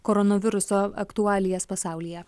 koronaviruso aktualijas pasaulyje